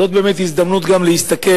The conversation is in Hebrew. זאת באמת הזדמנות גם להסתכל